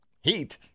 Heat